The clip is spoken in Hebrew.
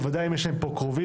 בוודאי אם יש להם פה קרובים,